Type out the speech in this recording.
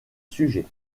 sujet